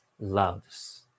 loves